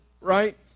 right